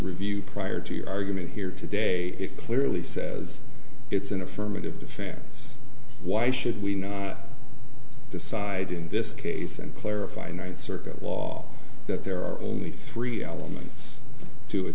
review prior to your argument here today it clearly says it's an affirmative defense why should we not decide in this case and clarify ninth circuit law that there are only three elements to